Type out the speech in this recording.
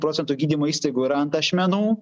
procentų gydymo įstaigų yra ant ašmenų